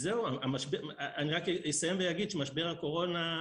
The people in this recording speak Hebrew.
אני רק אסיים ואגיד שמשבר הקורונה,